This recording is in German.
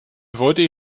wollte